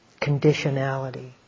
conditionality